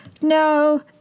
no